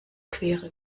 queere